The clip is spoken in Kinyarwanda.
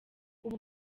ubu